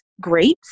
Grapes